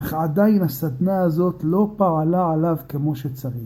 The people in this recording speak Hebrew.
אך עדיין הסדנה הזאת לא פעלה עליו כמו שצריך.